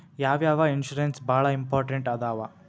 ಯಾವ್ಯಾವ ಇನ್ಶೂರೆನ್ಸ್ ಬಾಳ ಇಂಪಾರ್ಟೆಂಟ್ ಅದಾವ?